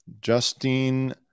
Justine